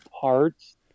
parts